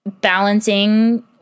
balancing